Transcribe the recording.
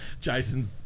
Jason